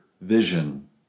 vision